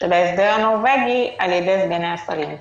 של ההסדר הנורווגי על ידי סגני שרים.